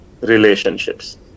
relationships